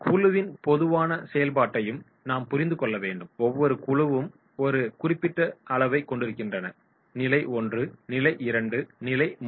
குழுவின் பொதுவான செயல்பாட்டையும் நாம் புரிந்து கொள்ள வேண்டும் ஒவ்வொரு குழுவும் ஒரு குறிப்பிட்ட அளவைக் கொண்டிருக்கின்றன நிலை I நிலை II நிலை III